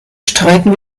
streiten